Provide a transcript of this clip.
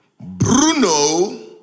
Bruno